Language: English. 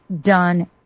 done